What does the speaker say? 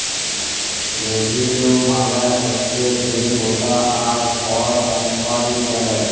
revenue মালে হচ্যে যে গটা আয় কল কম্পালি ক্যরে